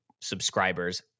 subscribers